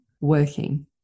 working